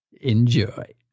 enjoy